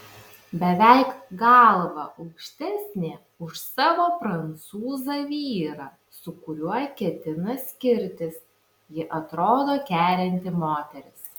beveik galva aukštesnė už savo prancūzą vyrą su kuriuo ketina skirtis ji atrodo kerinti moteris